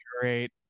Great